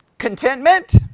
contentment